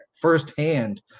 firsthand